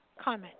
comment